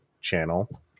channel